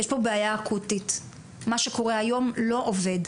יש פה בעיה אקוטית, מה שקורה היום לא עובד,